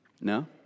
No